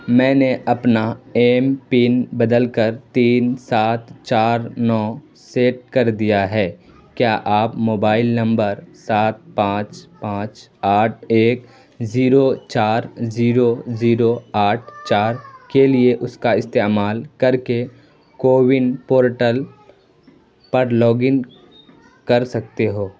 میں نے اپنا ایم پن بدل کر تین سات چار نو سیٹ کر دیا ہے کیا آپ موبائل نمبر سات پانچ پانچ آٹھ ایک زیرو چار زیرو زیرو آٹھ چار کے لیے اس کا استعمال کر کے کوون پورٹل پر لاگ ان کر سکتے ہو